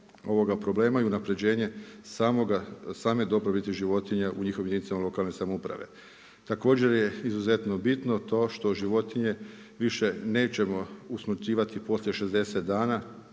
se ne razumije./… životinja u njihovim jedinicama lokalne samouprave. Također je izuzetno bitno to što životinje više nećemo usmrćivati poslije 60 dana